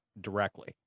directly